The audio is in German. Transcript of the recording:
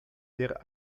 der